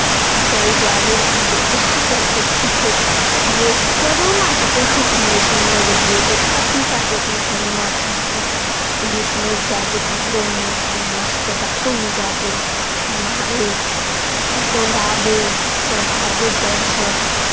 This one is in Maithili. ताहि दुआरे जे इएहसभ अथि छै जे तरोना तऽ तहियो हम नहि सुनने रहियै लेतिन एथुनता डेटमे तरोना भए गेलै पुलिस नहि जाए दै ततरहु नहि बिनु मास्तते ततहु नहि जाए दै मारय दौड़ाबै सभ भादै डरसँ